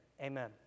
Amen